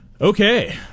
Okay